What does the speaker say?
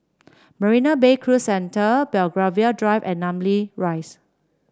Marina Bay Cruise Centre Belgravia Drive and Namly Rise